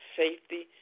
safety